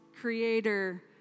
creator